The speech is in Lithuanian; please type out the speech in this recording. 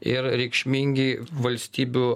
ir reikšmingi valstybių